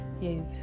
Yes